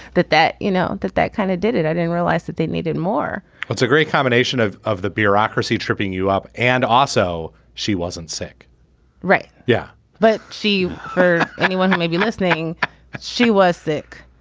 that that you know that that kind of did it. i didn't realize that they needed more that's a great combination of of the bureaucracy tripping you up. and also she wasn't sick right yeah but she for anyone who may be listening she was sick